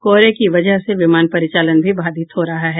कोहरे की वजह से विमान परिचालन भी बाधित हो रहा है